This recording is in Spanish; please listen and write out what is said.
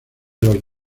los